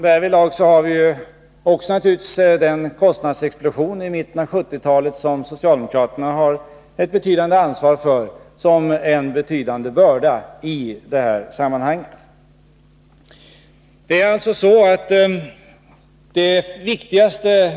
Därvidlag finns naturligtvis också den kostnadsexplosion under 1970-talet med som en betydande börda vilken socialdemokraterna har ett betydande ansvar för.